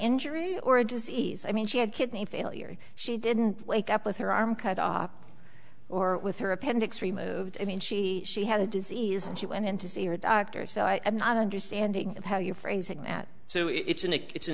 injury or a disease i mean she had kidney failure she didn't wake up with her arm cut off or with her appendix removed i mean she she had a disease and she went in to see her doctor so i am not understanding of how you phrase it at so it's an it's an